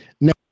Now